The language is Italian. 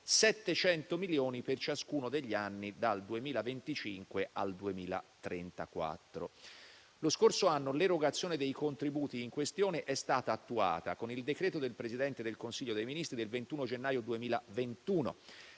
700 milioni per ciascuno degli anni dal 2025 al 2034. Lo scorso anno l'erogazione dei contributi in questione è stata attuata con il decreto del Presidente del Consiglio dei ministri del 21 gennaio 2021,